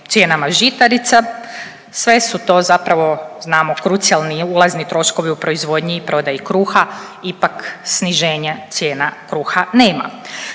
cijenama žitarica, sve su to zapravo, znamo, krucijalni i ulazni troškovi u proizvodnji i prodaji kruha ipak sniženje cijena kruha nema.